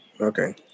Okay